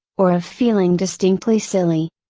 or of feeling distinctly silly.